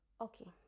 okay